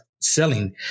selling